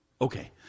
Okay